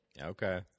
Okay